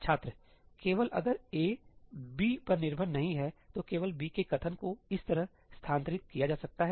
छात्र केवल अगर 'a ' 'b' पर निर्भर नहीं है तो केवल 'b' के कथन को इस तरह स्थानांतरित किया जा सकता है